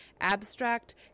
Abstract